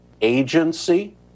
agency